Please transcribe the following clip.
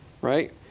right